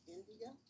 India